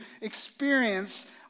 experience